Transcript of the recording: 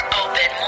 open